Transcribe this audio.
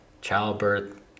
childbirth